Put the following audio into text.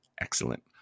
excellent